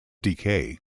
decay